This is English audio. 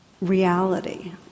reality